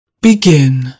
Begin